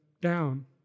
down